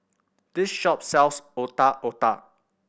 this shop sells Otak Otak